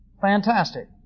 Fantastic